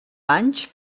anys